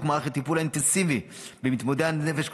מערך הטיפול האינטנסיבי במתמודדי הנפש,